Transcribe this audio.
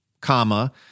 comma